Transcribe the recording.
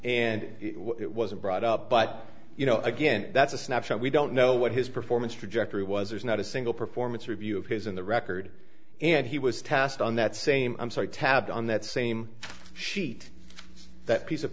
and it wasn't brought up but you know again that's a snapshot we don't know what his performance trajectory was there's not a single performance review of his in the record and he was test on that same i'm sorry tab on that same sheet that piece of